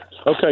Okay